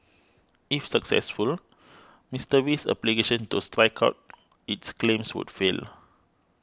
if successful Mister Wee's application to strike out its claims would fail